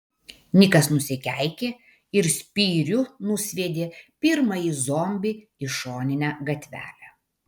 nikas nusikeikė ir spyriu nusviedė pirmąjį zombį į šoninę gatvelę